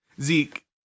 Zeke